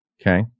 Okay